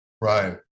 Right